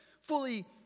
fully